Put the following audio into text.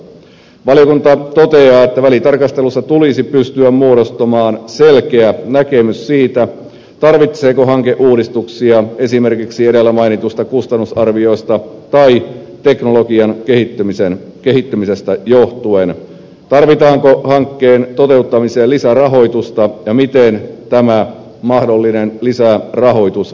valiokunta toteaa että välitarkastelussa tulisi pystyä muodostamaan selkeä näkemys siitä tarvitseeko hanke uudistuksia esimerkiksi edellä mainitusta kustannusarviosta tai teknologian kehittymisestä johtuen tarvitaanko hankkeen toteuttamiseen lisärahoitusta ja miten tämä mahdollinen lisärahoitus hoidetaan